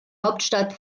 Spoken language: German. hauptstadt